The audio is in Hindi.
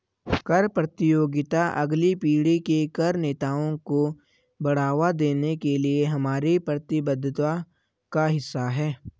कर प्रतियोगिता अगली पीढ़ी के कर नेताओं को बढ़ावा देने के लिए हमारी प्रतिबद्धता का हिस्सा है